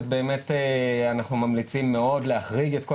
אז אנחנו באמת ממליצים מאוד להחריג את כל